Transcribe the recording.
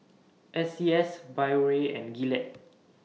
S C S Biore and Gillette